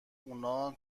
اونا